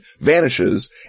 vanishes